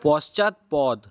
পশ্চাৎপদ